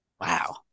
Wow